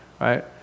right